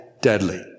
deadly